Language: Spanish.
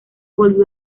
volvió